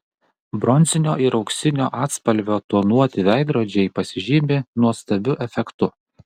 bronzinio ir auksinio atspalvio tonuoti veidrodžiai pasižymi nuostabiu efektu